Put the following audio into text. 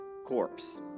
corpse